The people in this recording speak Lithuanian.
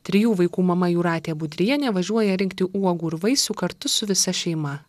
trijų vaikų mama jūratė budrienė važiuoja rinkti uogų ir vaisių kartu su visa šeima